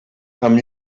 amb